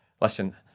Listen